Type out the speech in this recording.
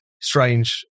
strange